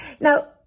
Now